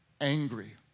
angry